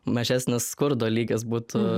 mažesnis skurdo lygis būtų